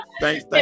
Thanks